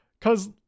cause